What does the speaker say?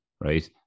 right